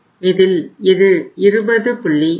இதில் இது 20